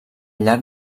llarg